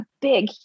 big